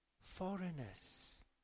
foreigners